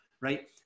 right